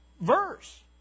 verse